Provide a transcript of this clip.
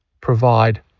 provide